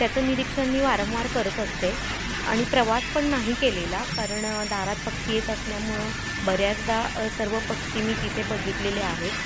त्याचं निरीक्षण मी वारंवार करत असते आणि प्रवास पण नाही केलेला कारण दारात पक्षी येत असल्यामुळं बऱ्याचदा सर्व पक्षी मी तिथे बघितलेले आहेत